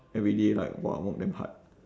every day like !wah! work damn hard